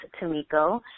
Tomiko